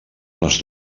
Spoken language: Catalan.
les